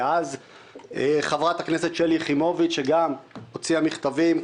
לחברת הכנסת שלי יחימוביץ' שגם הוציאה מכתבים,